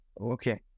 Okay